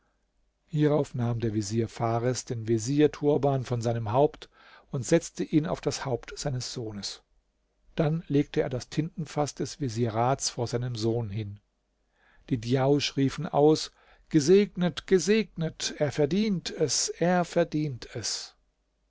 hierauf nahm der vezier fares den vezierturban von seinem haupt und setzte ihn auf das haupt seines sohnes dann legte er das tintenfaß des vezierats vor seinem sohn hin die djausch riefen aus gesegnet gesegnet er verdient es er verdient es